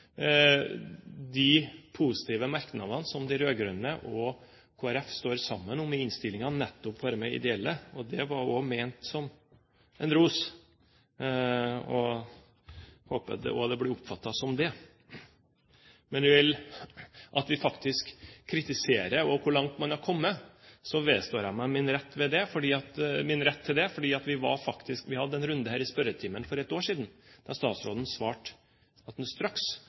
de positive merknadene som de rød-grønne og Kristelig Folkeparti står sammen om i innstillingen, nettopp om de ideelle. Det var ment som ros, og jeg håper det også blir oppfattet som det. Når vi faktisk kritiserer hvor langt man har kommet, vedstår jeg meg min rett til det. Vi hadde en runde i spørretimen for et år siden, og da svarte statsråden at han straks skulle gi beskjed til Bufdir om de signalene. Jeg trodde at alt var i orden, og så gikk det nesten et halvt år. Da